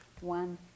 one